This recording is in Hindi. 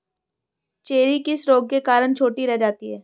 चेरी किस रोग के कारण छोटी रह जाती है?